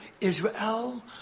Israel